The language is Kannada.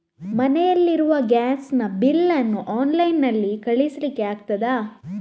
ಮನೆಯಲ್ಲಿ ಇರುವ ಗ್ಯಾಸ್ ನ ಬಿಲ್ ನ್ನು ಆನ್ಲೈನ್ ನಲ್ಲಿ ಕಳಿಸ್ಲಿಕ್ಕೆ ಆಗ್ತದಾ?